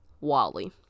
Wally